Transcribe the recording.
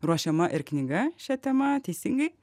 ruošiama ir knyga šia tema teisingai